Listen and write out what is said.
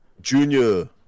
Junior